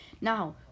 Now